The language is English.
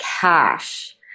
cash